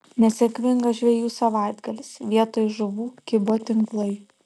nesėkmingas žvejų savaitgalis vietoj žuvų kibo tinklai